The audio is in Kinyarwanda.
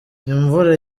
imvura